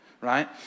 right